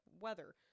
weather